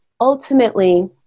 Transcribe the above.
Ultimately